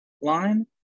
line